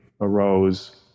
arose